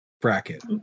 bracket